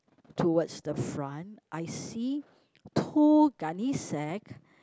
towards the front I see two gunny sack